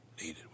needed